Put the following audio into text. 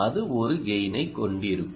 அது ஒரு கெய்னைக் கொண்டிருக்கும்